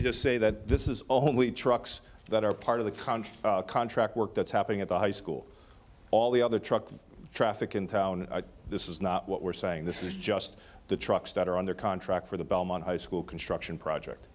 we just say that this is a home we trucks that are part of the county contract work that's happening at the high school all the other truck traffic in town this is not what we're saying this is just the trucks that are under contract for the belmont high school construction project